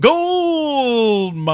Gold